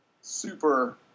super